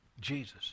Jesus